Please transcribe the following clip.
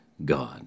God